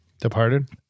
departed